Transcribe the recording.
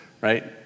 right